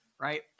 Right